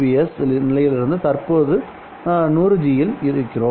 S நிலையிலிருந்து நாம் இப்போது 100 ஜி யில் இருக்கிறோம்